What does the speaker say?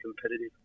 competitive